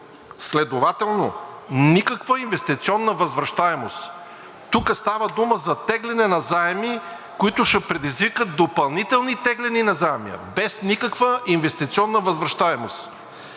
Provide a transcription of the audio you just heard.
следователно никаква инвестиционна възвръщаемост. Тук става дума за теглене на заеми, които ще предизвикат допълнителни тегления на заеми без никаква инвестиционна възвръщаемост.